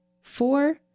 Four